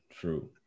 true